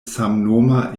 samnoma